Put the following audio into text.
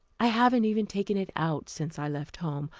i haven't even taken it out since i left home.